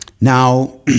Now